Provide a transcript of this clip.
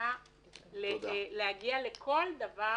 מוכנה להגיע לכל דבר